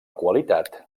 qualitat